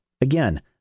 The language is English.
Again